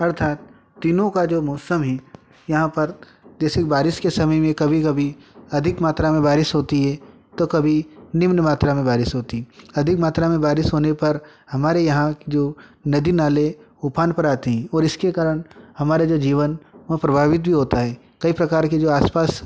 अर्थात तीनों का जो मौसम है यहाँ पर जैसे बारिश के समय में कभी कभी अधिक मात्रा में बारिश होती है तो कभी निम्न मात्रा में बारिश होती अधिक मात्रा में बारिश होने पर हमारे यहाँ कि जो नद नाले उफान पर आते हैं और इसके कारण हमारे जो जीवन वो प्रभावित भी होता है कई प्रकार की जो आसपास